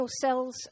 cells